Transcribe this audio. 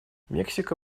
мексика